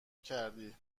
کردی